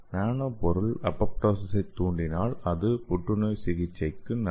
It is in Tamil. நானோ பொருள் அப்போப்டொசிஸைத் தூண்டினால் அது புற்றுநோய் சிகிச்சைக்கு நல்லது